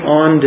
on